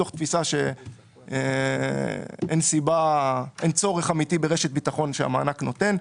מתוך תפיסה שאין צורך אמיתי ברשת הביטחון שהמענק נותן.